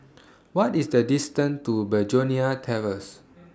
What IS The distance to Begonia Terrace